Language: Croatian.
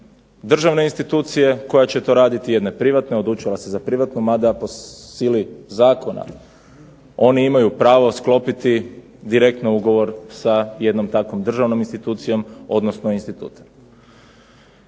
državne institucije koja će to raditi, jedne privatne. Odlučila se za privatnu mada po sili zakona oni imaju pravo sklopiti direktno ugovor sa jednom takvom državnom institucijom odnosno institutom.